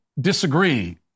disagree